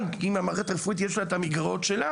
גם אם למערכת הרפואית יש את המגרעות שלה